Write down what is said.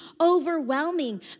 overwhelming